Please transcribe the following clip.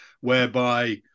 whereby